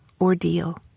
ordeal